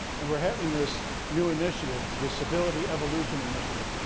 and we're having this new initiative, the civility evolution initiative.